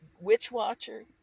witch-watcher